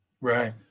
Right